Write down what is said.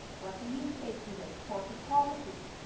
what's a use case for this? corporate policies.